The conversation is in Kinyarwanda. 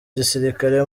gisirikare